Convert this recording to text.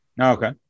Okay